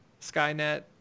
skynet